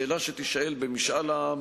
השאלה שתישאל במשאל עם,